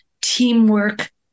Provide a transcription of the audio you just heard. teamwork